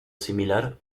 similar